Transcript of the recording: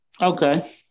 Okay